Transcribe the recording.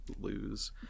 lose